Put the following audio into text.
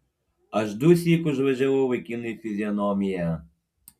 aš dusyk užvažiavau vaikinui į fizionomiją